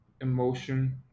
emotion